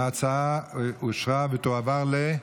התשפ"ג 2023,